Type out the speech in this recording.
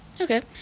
okay